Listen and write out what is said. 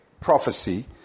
prophecy